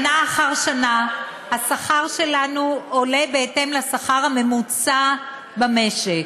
שנה אחר שנה השכר שלנו עולה בהתאם לשכר הממוצע במשק.